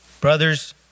Brothers